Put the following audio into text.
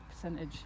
percentage